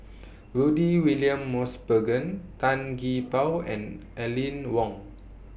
Rudy William Mosbergen Tan Gee Paw and Aline Wong